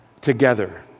together